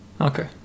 Okay